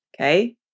Okay